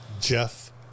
jeff